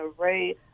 array